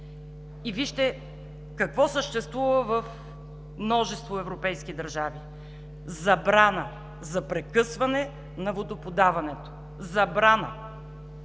И вижте какво съществува в множество европейски държави – забрана за прекъсване на водоподаването. Забрана!